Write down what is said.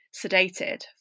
sedated